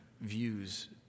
views